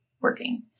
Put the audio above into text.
working